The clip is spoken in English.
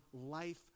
life